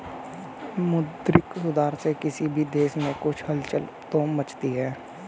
मौद्रिक सुधार से किसी भी देश में कुछ हलचल तो मचती है